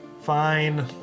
Fine